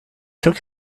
took